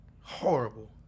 Horrible